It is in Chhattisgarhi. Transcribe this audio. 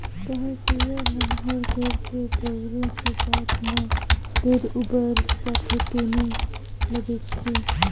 पहाटिया मन ह घर के बउरे के बाद म दूद उबर जाथे तेने ल बेंचथे